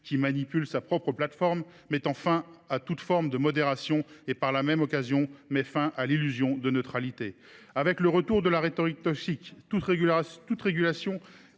qui manipule sa plateforme, mettant un terme à toute forme de modération et, par la même occasion, mettant fin à l’illusion de la neutralité. Avec le retour de cette rhétorique toxique, toute régulation